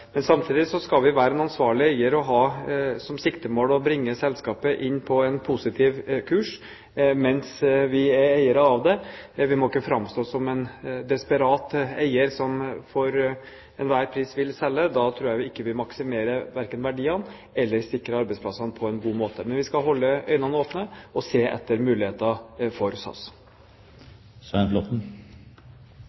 Samtidig skal vi være en ansvarlig eier og ha som siktemål å bringe selskapet inn på en positiv kurs, mens vi er eiere av det. Vi må ikke framstå som en desperat eier som for enhver pris vil selge. Da tror jeg vi ikke vil maksimere verken verdiene eller sikre arbeidsplassene på en god måte. Men vi skal holde øynene åpne og se etter muligheter for SAS.